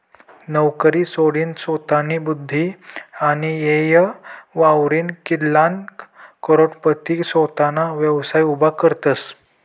नवकरी सोडीनसोतानी बुध्दी आणि येय वापरीन कित्लाग करोडपती सोताना व्यवसाय उभा करतसं